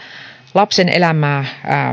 lapsen elämää